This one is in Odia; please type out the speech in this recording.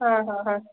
ହଁ ହଁ ହଁ